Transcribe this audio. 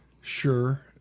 Sure